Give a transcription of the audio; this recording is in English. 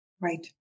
Right